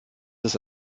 ist